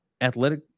athletic